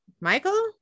Michael